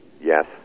yes